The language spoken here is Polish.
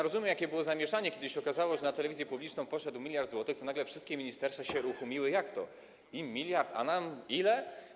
Rozumiem, jakie było zamieszanie - kiedy się okazało, że na telewizję publiczną poszedł 1 mld zł, to nagle wszystkie ministerstwa się uruchomiły: Jak to, im 1 mld, a nam ile?